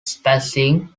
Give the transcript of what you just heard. spacing